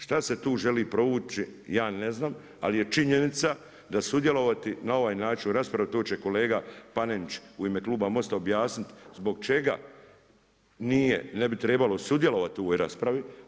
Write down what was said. Šta se tu želi provući ja ne znam, ali je činjenica da sudjelovati na ovaj način u raspravi to će kolega Panenić u ime kluba MOST-a objasniti zbog čega nije, ne bi trebalo sudjelovati u ovoj raspravi.